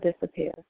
disappear